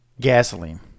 gasoline